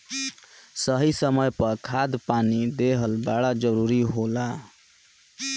सही समय पर खाद पानी देहल बड़ा जरूरी होला